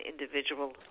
individual